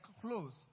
close